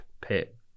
pit